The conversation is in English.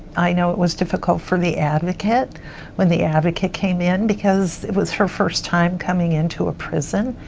i know it was difficult for the advocate when the advocate came in because it was her first time coming into a prison.